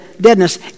deadness